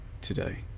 today